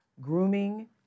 grooming